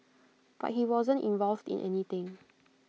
but he wasn't involved in anything